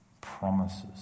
promises